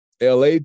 LA